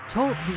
Talk